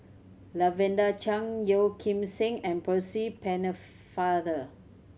Lavender Chang Yeo Kim Seng and Percy Pennefather